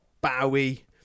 Bowie